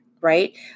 right